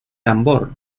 tambor